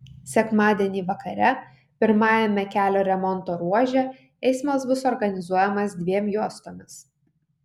sekmadienį vakare pirmajame kelio remonto ruože eismas bus organizuojamas dviem juostomis